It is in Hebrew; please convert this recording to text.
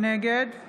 נגד